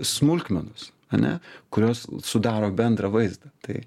smulkmenos ane kurios sudaro bendrą vaizdą tai